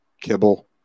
kibble